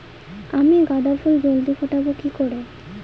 আমি গাঁদা ফুল জলদি ফোটাবো কি করে?